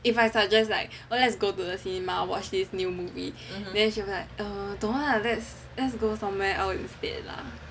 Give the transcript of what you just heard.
if I suggest like well let's go to the cinema watch this new movie then she'll be like err don't want lah let's let's go somewhere else instead lah